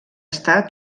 està